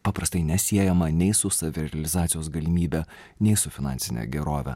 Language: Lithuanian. paprastai nesiejama nei su savirealizacijos galimybe nei su finansine gerove